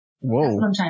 Whoa